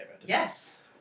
Yes